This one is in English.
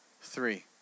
three